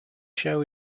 show